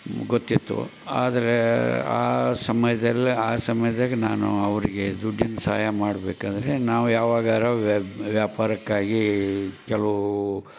ಗೊತ್ತಿತ್ತು ಆದರೇ ಆ ಸಮಯ್ದಲ್ಲಿ ಆ ಸಮಯ್ದಾಗೆ ನಾನು ಅವರಿಗೆ ದುಡ್ಡಿನ ಸಹಾಯ ಮಾಡಬೇಕಾದ್ರೆ ನಾವು ಯಾವಾಗಾರು ವ್ಯಾಪಾರಕ್ಕಾಗಿ ಕೆಲವು